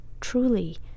truly